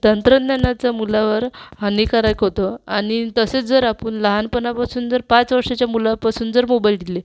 तंत्रज्ञानाचा मुलावर हानिकारक होतो आणि तसेच जर आपण लहानपणापासून जर पाच वर्षाच्या मुलापासून जर मोबाइल दिले